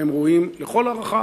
והם ראויים לכל הערכה,